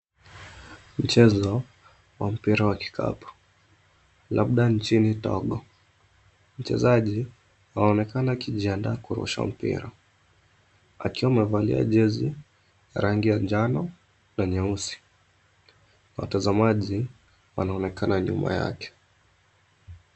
Mchezo wa mpira wa kikapu labda nchini Togo. Mchezaji anaonekana akijiandaa kurusha mpira, akiwa amevalia jezi rangi ya jano na nyeusi. Watazamaji wanaonekana nyuma yake.